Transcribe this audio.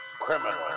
Criminal